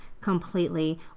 completely